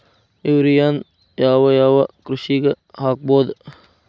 ಯೂರಿಯಾನ ಯಾವ್ ಯಾವ್ ಕೃಷಿಗ ಹಾಕ್ಬೋದ?